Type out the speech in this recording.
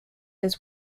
his